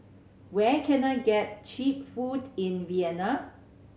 where can I get cheap food in Vienna